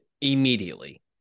immediately